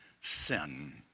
sin